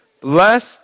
Blessed